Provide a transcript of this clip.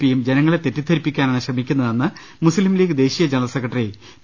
പിയും ജനങ്ങളെ തെറ്റിദ്ധരിപ്പിക്കാനാണ് ശ്രമിക്കുന്നതെന്ന് മുസ്ലിംലീഗ് ദേശീയ ജന റൽ സെക്രട്ടറി പി